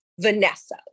Vanessa